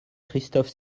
christophe